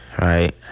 right